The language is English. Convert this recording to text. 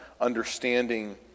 understanding